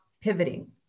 pivoting